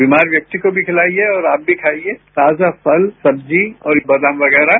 बीमार व्यक्ति को भी खिलाइए और आप भी खाइए ताजा फल सब्जी और बादाम वगैरह